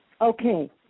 Okay